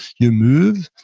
you move,